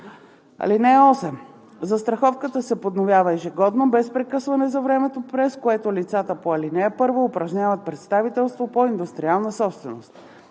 (8) Застраховката се подновява ежегодно без прекъсване за времето, през което лицата по ал. 1 упражняват представителство по индустриална собственост.